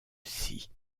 scie